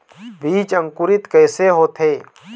बीज अंकुरित कैसे होथे?